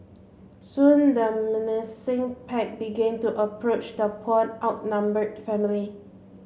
soon the menacing pack began to approach the poor outnumbered family